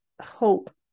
hope